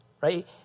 right